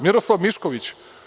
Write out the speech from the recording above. Miroslav Mišković?